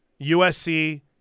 USC